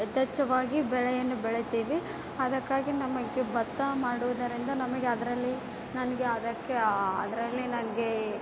ಯಥೇಚ್ಛವಾಗಿ ಬೆಳೆಯನ್ನು ಬೆಳಿತೀವಿ ಅದಕ್ಕಾಗಿ ನಮಗೆ ಬತ್ತ ಮಾಡೊದರಿಂದ ನಮಗೆ ಅದರಲ್ಲಿ ನನಗೆ ಅದಕ್ಕೆ ಅದರಲ್ಲಿ ನನಗೆ